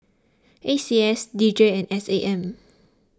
A C S D J and S A M